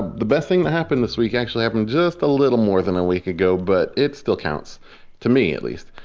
the best thing that happened this week actually happened just a little more than a week ago, but it still counts to me, at least.